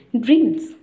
dreams